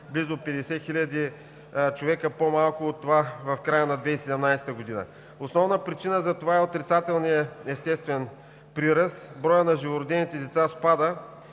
близо 50 хиляди човека по-малко от края на 2017 г. Основна причина за това е отрицателният естествен прираст. Броят на живородените деца спада.